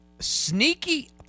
Sneaky